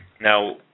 Now